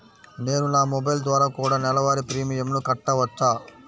నేను నా మొబైల్ ద్వారా కూడ నెల వారి ప్రీమియంను కట్టావచ్చా?